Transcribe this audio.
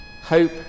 hope